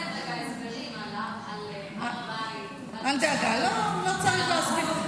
הסברים על הר הבית, אל דאגה, לא צריך לעשות.